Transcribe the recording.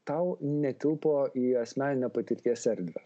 tau netilpo į asmeninę patirties erdvę